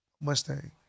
Mustang